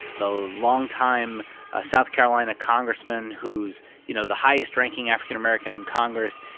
the longtime ah south carolina congressman who's, you know, the highest-ranking african american in congress.